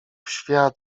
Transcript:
świat